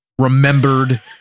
remembered